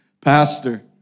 pastor